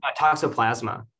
Toxoplasma